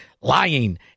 lying